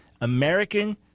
American